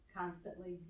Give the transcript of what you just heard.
constantly